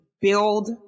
build